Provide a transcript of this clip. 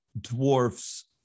dwarfs